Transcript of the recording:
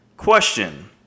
Question